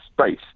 space